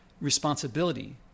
responsibility